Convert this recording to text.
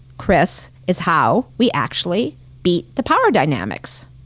chris, is how we actually beat the power dynamics.